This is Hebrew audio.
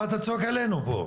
מה אתה צועק עלינו פה?